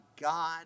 God